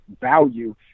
value